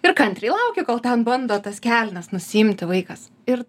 ir kantriai lauki kol ten bando tas kelnes nusiimti vaikas ir